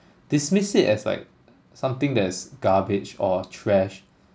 dismiss it as like something that is garbage or trash